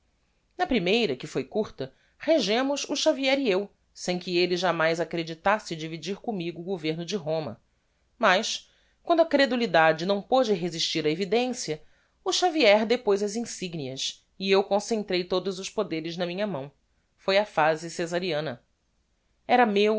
na primeira que foi curta regemos o xavier e eu sem que elle jamais acreditasse dividir commigo o governo de roma mas quando a credulidade não pôde resistir á evidencia o xavier depoz as insignias e eu concentrei todos os poderes na minha mão foi a phase cesariana era meu